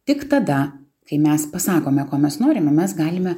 tik tada kai mes pasakome ko mes norime mes galime